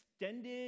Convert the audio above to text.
extended